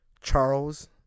Charles